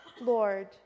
Lord